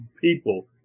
people